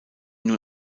nun